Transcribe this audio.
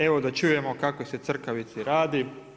Evo da čujemo o kakvoj se crkavici radi.